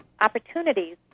opportunities